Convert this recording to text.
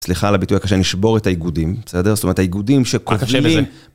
ימות המשיח עתיד התקשורת כבר כאן